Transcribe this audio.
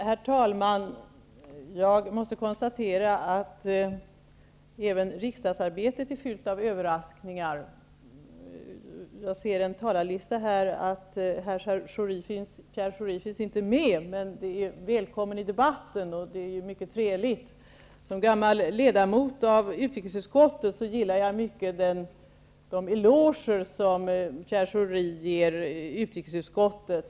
Herr talman! Jag måste konstatera att även riksdagsarbetet är fyllt av överraskningar. Jag ser att Pierre Schori inte finns med på talarlistan. Han är dock välkommen i debatten. Det är mycket trevligt. Som gammal ledamot av utrikesutskottet gillar jag mycket de eloger Pierre Schori ger utskottet.